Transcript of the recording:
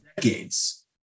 decades